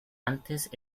antes